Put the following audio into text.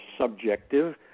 subjective